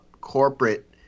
corporate